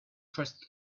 trust